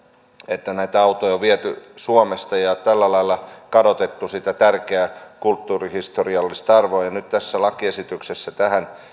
että näitä autoja on viety suomesta ja tällä lailla kadotettu sitä tärkeää kulttuurihistoriallista arvoa nyt tässä lakiesityksessä tähän